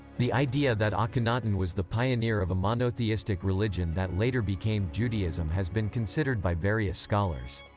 the idea that akhenaten was the pioneer of a monotheistic religion that later became judaism has been considered by various scholars.